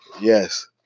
Yes